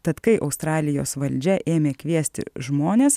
tad kai australijos valdžia ėmė kviesti žmones